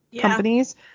companies